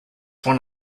one